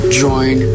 join